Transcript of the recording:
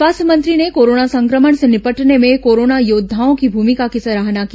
स्वास्थ्य मंत्री ने कोरोना संक्रमण से निपटने में कोरोना योद्वाओं की भूमिका की सराहना की